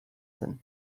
zen